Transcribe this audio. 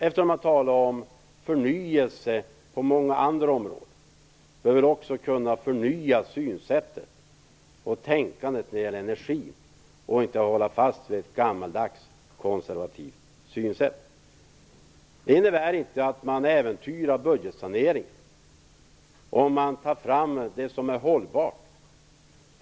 Eftersom man talar om förnyelse på många andra områden, behöver man också kunna förnya synsättet och tänkandet när det gäller energi, i stället för att hålla fast vid ett gammaldags, konservativt synsätt. Det innebär inte att man äventyrar budgetsaneringen om man tar fram det som är hållbart.